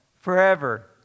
Forever